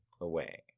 away